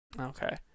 Okay